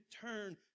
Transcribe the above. turn